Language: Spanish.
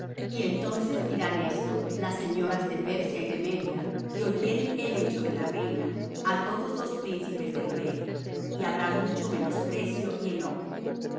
y entonces dirán esto las señoras de persia y de media que oyeren el hecho de la reina á todos los príncipes del rey y habrá mucho menosprecio y enojo